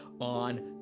on